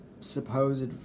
supposed